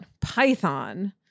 Python